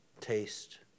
taste